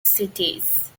cities